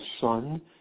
Son